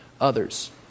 others